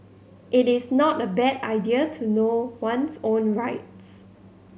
it is not a bad idea to know one's own rights